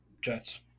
Jets